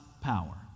power